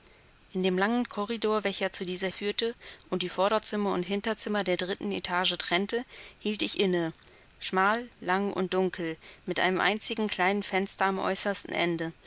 in dem langen korridor welcher zu dieser führte und die vorderzimmer und hinterzimmer der dritten etage trennte hielt ich inne schmal lang und dunkel mit einem einzigen kleinen fenster am äußersten ende